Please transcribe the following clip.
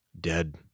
dead